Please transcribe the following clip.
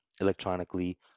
electronically